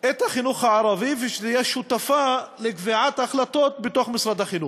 את החינוך הערבי ושתהיה שותפה לקביעת החלטות בתוך משרד החינוך.